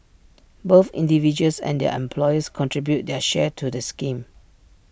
both individuals and their employers contribute their share to the scheme